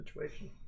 situation